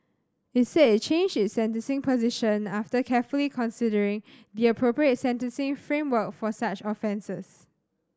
it said it changed its sentencing position after carefully considering the appropriate sentencing framework for such offences